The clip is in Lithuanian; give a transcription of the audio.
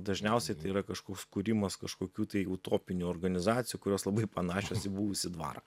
dažniausiai tai yra kažkoks kūrimas kažkokių tai utopinių organizacijų kurios labai panašios į buvusį dvarą